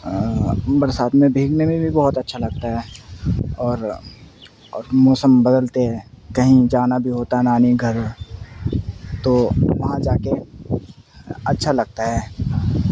برسات میں بھیگنے میں بھی بہت اچھا لگتا ہے اور اور موسم بدلتے ہیں کہیں جانا بھی ہوتا ہے نانی گھر تو وہاں جا کے اچھا لگتا ہے